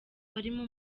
barimo